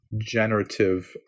generative